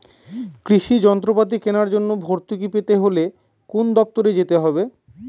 কৃষি যন্ত্রপাতি কেনার জন্য ভর্তুকি পেতে হলে কোন দপ্তরে যেতে হবে?